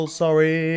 sorry